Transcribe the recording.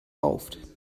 rauft